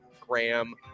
Graham